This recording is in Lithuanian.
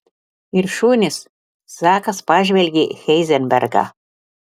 ir šunys zakas pažvelgė į heizenbergą